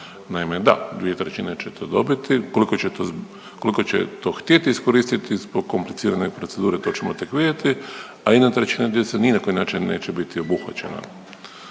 Naime da 2/3 će to dobiti, koliko će, koliko će to htjet iskoristiti zbog komplicirane procedure to ćemo tek vidjeti, a 1/3 djece ni na koji način neće biti obuhvaćena.